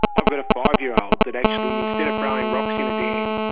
i've got a five-year-old that actually, instead of throwing rocks in a dam,